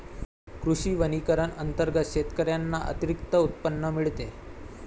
कृषी वनीकरण अंतर्गत शेतकऱ्यांना अतिरिक्त उत्पन्न मिळते